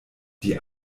die